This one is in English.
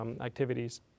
activities